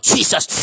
Jesus